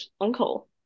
uncle